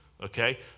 okay